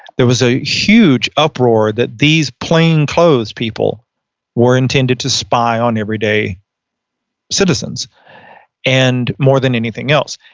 there was a huge uproar that these plain clothes people were intended to spy on everyday citizens and more than anything else.